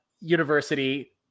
University